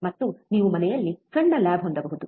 ಮತ್ತು ನೀವು ಮನೆಯಲ್ಲಿ ಸಣ್ಣ ಲ್ಯಾಬ್ ಹೊಂದಬಹುದು